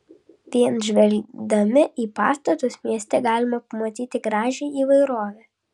vien žvelgdami į pastatus mieste galime matyti gražią įvairovę